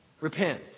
repent